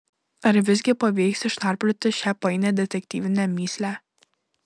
ar visgi pavyks išnarplioti šią painią detektyvinę mįslę